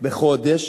בחודש